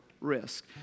risk